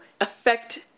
affect